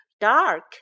Dark